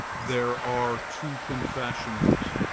there are two confessionals,